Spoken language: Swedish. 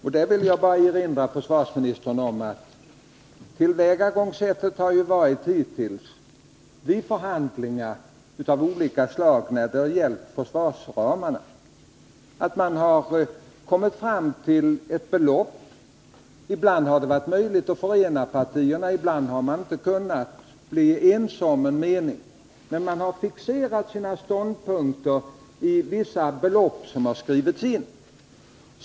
Jag vill erinra försvarsministern om att tillvägagångssättet hittills vid förhandlingar av olika slag när det gällt försvarsramarna har varit att man har kommit fram till ett belopp. Ibland har det varit möjligt att förena partierna, ibland har man inte kunnat bli ense om en mening. Men man har fixerat sina ståndpunkter i vissa belopp, som har skrivits in i förslaget.